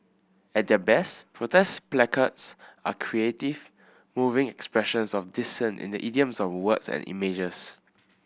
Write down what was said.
at their best protest placards are creative moving expressions of dissent in the idiom of words and images